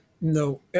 no